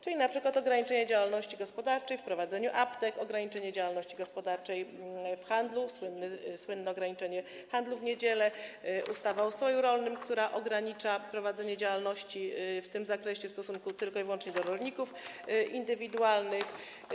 Chodzi tu np. o ograniczenie działalności gospodarczej w prowadzeniu aptek, ograniczenie działalności gospodarczej w handlu, słynne ograniczenie handlu w niedzielę, ustawę o ustroju rolnym, która ogranicza prowadzenie działalności w tym zakresie w stosunku tylko i wyłącznie do rolników indywidualnych.